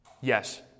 Yes